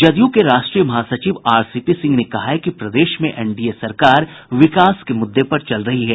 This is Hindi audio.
जदयू के राष्ट्रीय महासचिव आरसीपी सिंह ने कहा है कि प्रदेश में एनडीए सरकार विकास के मुद्दे पर चल रही है